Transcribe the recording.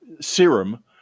serum